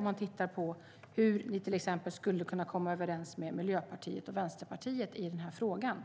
Man kan titta på hur ni till exempel skulle kunna komma överens med Miljöpartiet och Vänsterpartiet i den här frågan.